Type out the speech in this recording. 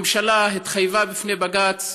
הממשלה התחייבה בפני בג"ץ